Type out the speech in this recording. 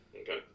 Okay